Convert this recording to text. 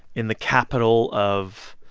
in the capital of,